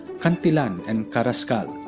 cantilan and carrascal.